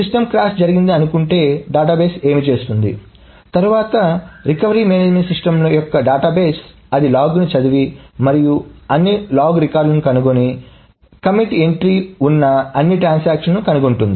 system crash జరిగిందని అనుకుంటే database ఏమి చేస్తుంది తర్వాత రికవరీ మేనేజ్మెంట్ సిస్టమ్ యొక్క డేటాబేస్ అది లాగ్ని చదివి మరియు అన్ని లాగ్ రికార్డ్లను కనుగొని commit entry commit T entry ఉన్న అన్ని ట్రాన్సాక్షన్ లను కనుగొంటుంది